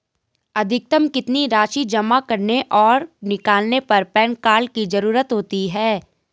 अधिकतम कितनी राशि जमा करने और निकालने पर पैन कार्ड की ज़रूरत होती है?